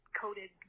coated